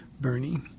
Bernie